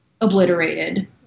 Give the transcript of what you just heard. obliterated